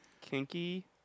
Kinky